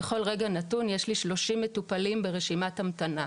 בכל רגע נתון יש לי 30 מטופלים ברשימת המתנה,